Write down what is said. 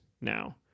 now